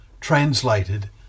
translated